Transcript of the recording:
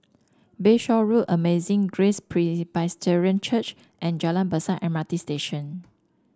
Bayshore Road Amazing Grace Presbyterian Church and Jalan Besar M R T Station